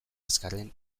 azkarren